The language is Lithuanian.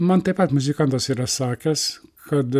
man taip pat muzikantas yra sakęs kad